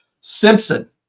Simpson